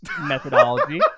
methodology